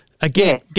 Again